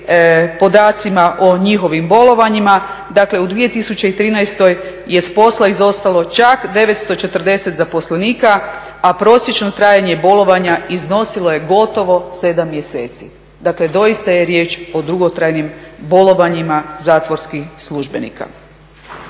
podacima o njihovim bolovanjima. Dakle, u 2013. je s posla izostalo čak 940 zatvorenika, a prosječno trajanje bolovanja iznosilo je gotovo 7 mjeseci. Dakle, doista je riječ o dugotrajnim bolovanjima zatvorskih službenika.